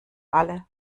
alle